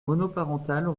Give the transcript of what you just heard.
monoparentales